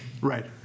Right